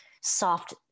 soft